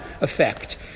effect